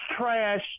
trash